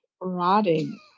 rotting